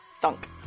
Thunk